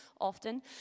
often